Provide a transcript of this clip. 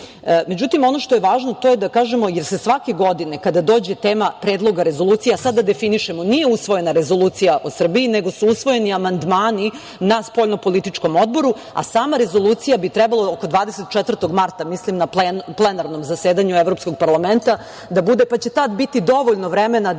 ono što je važno to je da kažemo, jer se svake godine kada dođe tema predloga rezolucija, a sad da definišemo, nije usvojena rezolucija u Srbiji, nego su usvojeni amandmani na spoljnopolitičkom odboru, a sama rezolucija bi trebalo oko 24. marta mislim na plenarnom zasedanju Evropskog parlamenta da bude, pa će tada biti dovoljno vremena